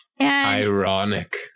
Ironic